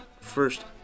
first